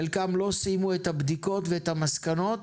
חלקם לא סיימו את הבדיקות ואת המסקנות,